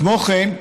כמו כן,